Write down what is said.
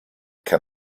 can